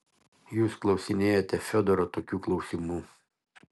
jūs klausinėjate fiodoro tokių klausimų